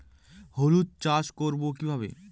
হলুদ চাষ করব কিভাবে?